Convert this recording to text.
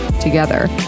together